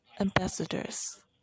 ambassadors